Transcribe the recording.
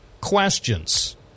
questions